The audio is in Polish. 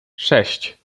sześć